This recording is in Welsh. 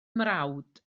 mrawd